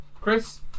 Chris